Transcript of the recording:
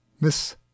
Miss